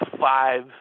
five